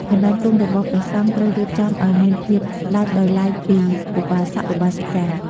កន្លែងគង់របស់ព្រះសង្ឃ ត្រូវរៀបចំឲ្យមានភាពដាច់ដោយឡែកពីឧបាសក-ឧបាសិកា។